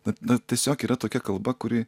na na tiesiog yra tokia kalba kuri